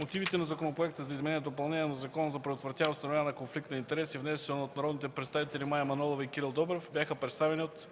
Мотивите на Законопроекта за изменение и допълнение на Закона за предотвратяване и установяване на конфликт на интереси, внесен от народните представители Мая Манолова и Кирил Добрев, бяха представени от